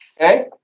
Okay